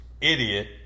idiot